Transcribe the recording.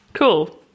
Cool